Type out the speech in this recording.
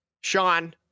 Sean